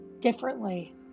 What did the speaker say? differently